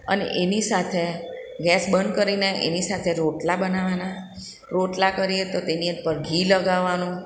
અને એની સાથે ગેસ બંદ કરીને એની સાથે રોટલા બનાવવાના રોટલા કરીએ તો તેની ઉપર ઘી લગાવવાનું